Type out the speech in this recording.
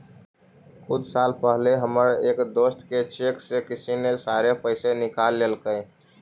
कुछ साल पहले हमर एक दोस्त के चेक से किसी ने सारे पैसे निकाल लेलकइ